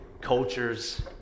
cultures